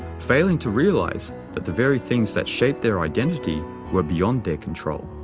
failing to realize that the very things that shaped their identity were beyond their control.